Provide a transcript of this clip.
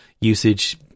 usage